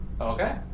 Okay